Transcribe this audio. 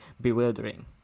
bewildering